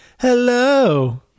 Hello